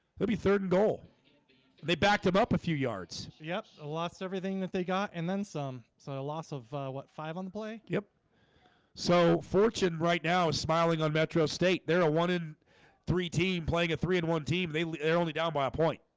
they'll be third and goal they backed him up a few yards yep, lost everything that they got and then some so a loss of what five on the play. yep so fortune right now is smiling on metro state. they're a wanted three team playing a three and one team they're only down by a point.